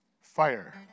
Fire